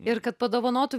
ir kad padovanotų